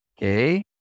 okay